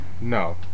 No